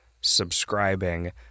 subscribing